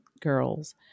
girls